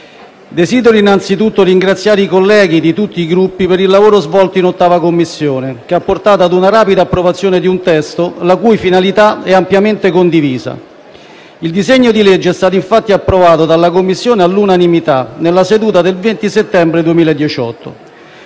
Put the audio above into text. Desidero innanzi tutto ringraziare i colleghi di tutti i Gruppi per il lavoro svolto in 8a Commissione che ha portato ad una rapida approvazione di un testo la cui finalità è ampiamente condivisa. Il disegno di legge è stato infatti approvato dalla Commissione all'unanimità nella seduta del 20 settembre 2018.